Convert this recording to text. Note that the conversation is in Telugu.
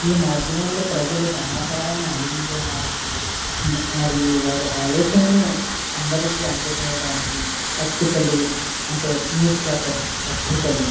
ఈ మాధ్యమాలలోప్రజలు సమాచారాన్ని అందించడానికి మరియు వారి ఆలోచనలు అందరికి అందచేయడానికి పత్రికలు అంటే న్యూస్ పేపర్స్ పత్రికలు